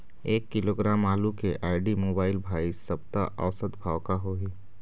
एक किलोग्राम आलू के आईडी, मोबाइल, भाई सप्ता औसत भाव का होही?